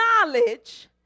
knowledge